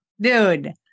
dude